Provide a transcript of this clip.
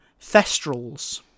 thestrals